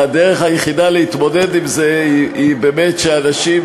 והדרך היחידה להתמודד עם זה היא באמת שאנשים